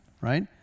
right